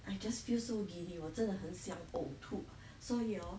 I just feel so giddy 我真的很想呕吐 so weird orh